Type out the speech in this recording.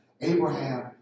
Abraham